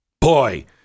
Boy